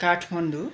Kathmandu